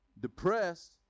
depressed